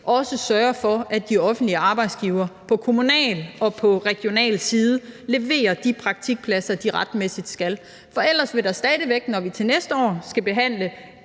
også sørger for, at de offentlige arbejdsgivere på kommunal og regional side leverer de praktikpladser, de retmæssigt skal. Ellers vil vi, når vi til næste år skal behandle